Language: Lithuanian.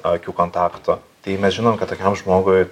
akių kontakto tai mes žinom kad tokiam žmogui